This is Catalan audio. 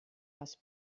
les